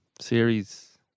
series